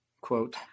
quote